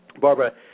Barbara